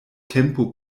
tempo